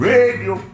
Radio